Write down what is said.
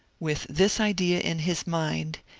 with this idea in his mind,